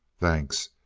thanks.